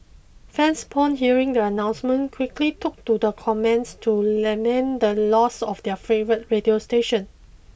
fans upon hearing the announcement quickly took to the comments to lament the loss of their favourite radio station